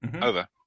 Over